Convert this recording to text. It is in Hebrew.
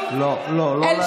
לא, תודה.